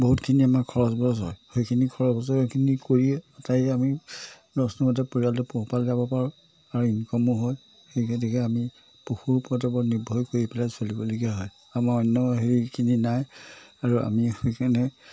বহুতখিনি আমাৰ খৰচ বৰচ হয় সেইখিনি খৰচ বৰচখিনি কৰি আটাই আমি দস্তুৰমতে পৰিয়ালটো পোহপাল যাব পাৰোঁ আৰু ইনকমো হয় সেই গতিকে আমি পশুৰ উৎপাদনৰ ওপৰত বৰ নিৰ্ভৰ কৰি পেলাই চলিবলগীয়া হয় আমাৰ অন্য সেইখিনি নাই আৰু আমি সেইকাৰণে